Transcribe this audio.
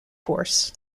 course